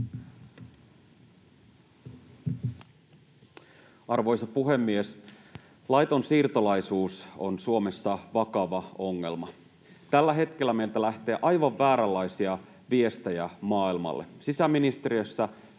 Arvoisa puhemies! Laiton siirtolaisuus on Suomessa vakava ongelma. Tällä hetkellä meiltä lähtee aivan vääränlaisia viestejä maailmalle.